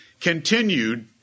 continued